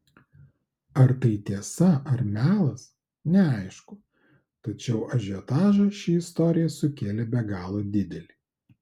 ar tai tiesa ar melas neaišku tačiau ažiotažą ši istorija sukėlė be galo didelį